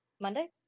Monday